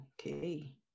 okay